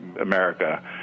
America